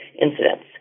incidents